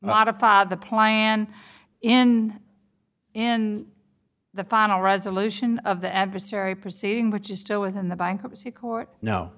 modified the plan in in the final resolution of the adversary proceeding which is still within the bankruptcy court no